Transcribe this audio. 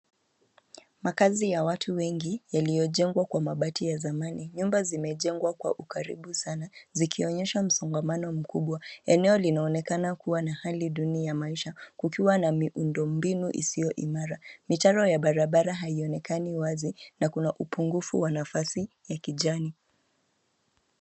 Makaazi ya watu wengi, yaliyojengwa kwa mabati ya zamani. Nyumba zimejengwa kwa ukaribu sana , zikionyesha msongamano mkubwa. Eneo linaonekana kuwa na hali duni ya maisha. Kukiwa na miundo mbinu isiyo imara. Mitaro ya barabara haiyonekani wazi na kuna upungufu wa nafasi ya kijani.